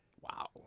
wow